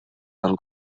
del